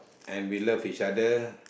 and we love each other